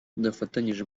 tudafatanyije